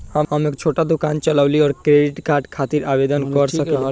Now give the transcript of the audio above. हम एक छोटा दुकान चलवइले और क्रेडिट कार्ड खातिर आवेदन कर सकिले?